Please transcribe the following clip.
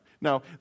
Now